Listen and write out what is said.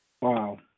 Wow